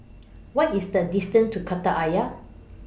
What IS The distance to Kreta Ayer